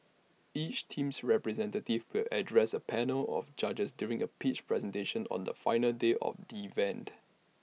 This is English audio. each team's representative will address A panel of judges during A pitch presentation on the final day of the event